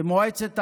מועצת העם,